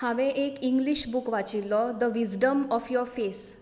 हांवें एक English book वाचिल्लो the wisdom of your face